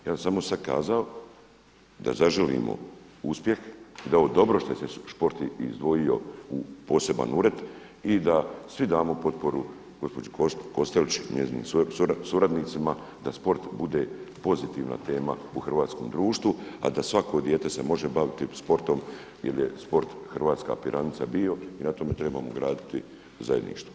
Ja bih sad samo kazao da zaželimo uspjeh i da je ovo dobro što se sport izdvojio u poseban ured i da svi damo potporu gospođi Kostelić i njezinim suradnicima da sport bude pozitivna tema u hrvatskom društvu, a da svako dijete se može baviti sportom jer je sport hrvatska piranica bio i na tome trebamo graditi zajedništvo.